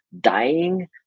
dying